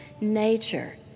nature